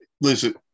listen